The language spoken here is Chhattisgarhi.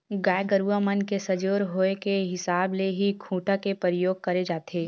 गाय गरुवा मन के सजोर होय के हिसाब ले ही खूटा के परियोग करे जाथे